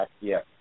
Yes